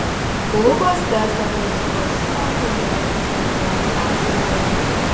klubas tęsia pasiruošimą naujajam sezonui azijoje